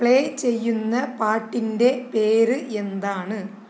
play ചെയ്യുന്ന പാട്ടിൻ്റെ പേര് എന്താണ്